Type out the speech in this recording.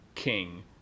king